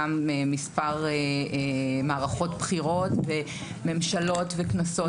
גם כמה מערכות בחירות וממשלות וכנסות התחלפו.